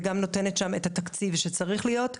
וגם נותנת שם את התקציב שצריך להיות.